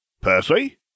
Percy